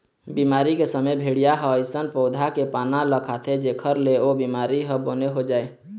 बिमारी के समे भेड़िया ह अइसन पउधा के पाना ल खाथे जेखर ले ओ बिमारी ह बने हो जाए